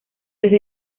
desde